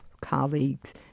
colleagues